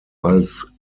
als